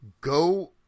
go